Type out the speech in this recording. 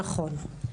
נכון.